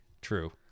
true